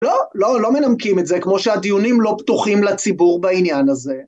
לא, לא, לא מנמקים את זה, כמו שהדיונים לא פתוחים לציבור בעניין הזה.